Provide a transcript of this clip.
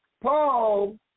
Paul